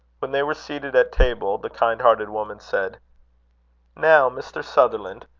when they were seated at table, the kind-hearted woman said now, mr. sutherland,